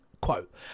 Quote